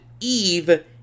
Eve